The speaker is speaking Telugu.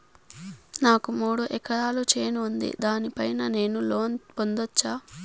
నాకు మూడు ఎకరాలు చేను ఉంది, దాని పైన నేను లోను పొందొచ్చా?